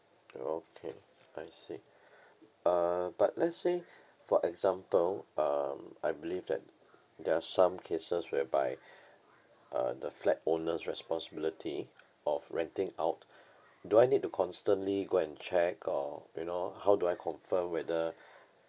uh okay I see uh but let's say for example um I believe that there are some cases whereby uh the flat owner's responsibility of renting out do I need to constantly go and check or you know how do I confirm whether